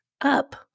up